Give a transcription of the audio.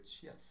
yes